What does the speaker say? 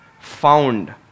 found